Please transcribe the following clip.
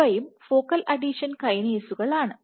ഇവയും focal adhesion കൈനെയ്സുകൾ ആണ്